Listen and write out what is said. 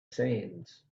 sands